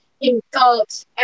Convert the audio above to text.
involves